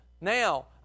Now